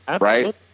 right